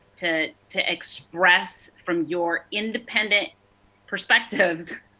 to to express from your independent perspectives,